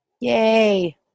Yay